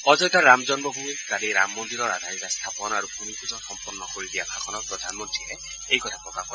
অযোধ্যাৰ ৰাম জন্মড়ুমিত কালি ৰাম মন্দিৰৰ আধাৰশিলা স্থাপন আৰু ভূমিপ্জন সম্পন্ন কৰি দিয়া ভাষণত প্ৰধানমন্তীয়ে এই কথা প্ৰকাশ কৰে